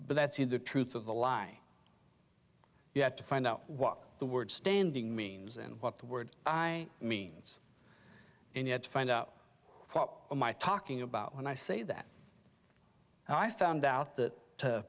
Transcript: but that's in the truth of the lie you have to find out what the word standing means and what the word i means and yet find out what my talking about when i say that i found out that